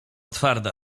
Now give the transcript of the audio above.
twarda